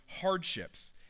hardships